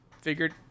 figured